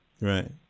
right